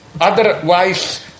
Otherwise